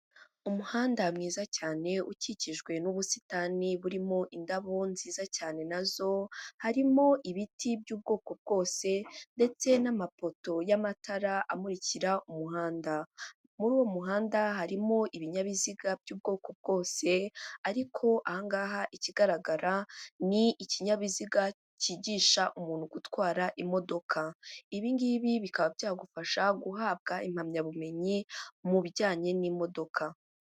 Umuhanda mwiza cyane ukikijwe n'ubusitani burimo indabo nziza cyane na zo, harimo ibiti by'ubwoko bwose ndetse n'amapoto y'amatara amuririka umuhanda, muri uwo muhanda harimo ibinyabiziga by'ubwoko bwose, ariko aha ngaha ikigaragara ni ikinyabiziga cyigisha umuntu gutwara imodoka. Ibi ngibi bikaba byagufasha guhabwa impamyabumenyi mu bijyanye n'imodoka.